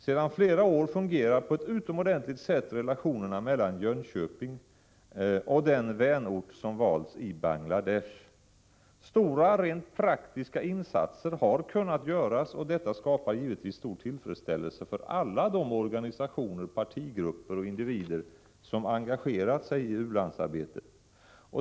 Sedan flera år fungerar på ett utomordentligt sätt relationerna mellan Jönköping och den vänort som valts i Bangladesh. Stora rent praktiska insatser har kunnat göras, och detta skapar givetvis stor tillfredsställelse för alla de organisationer, partier och individer som engagerat sig i u-landsarbetet.